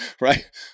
right